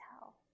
tell